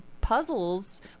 puzzles